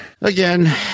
Again